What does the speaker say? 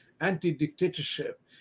anti-dictatorship